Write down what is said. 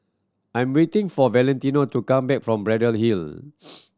I'm waiting for Valentino to come back from Braddell Hill